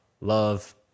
love